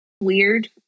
weird